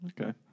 Okay